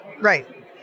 Right